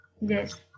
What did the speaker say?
Yes